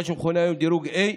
מה שמכונה היום דירוג A,